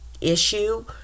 issue